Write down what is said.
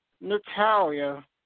Natalia